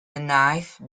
knife